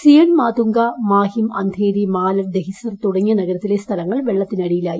Zion Matunga Mahim Andheri Malad Dahisar തുടങ്ങിയ നഗരത്തിലെ സ്ഥലങ്ങൾ വെള്ളത്തിനടിയിലായി